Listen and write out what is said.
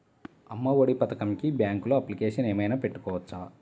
అమ్మ ఒడి పథకంకి బ్యాంకులో అప్లికేషన్ ఏమైనా పెట్టుకోవచ్చా?